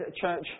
church